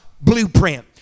blueprint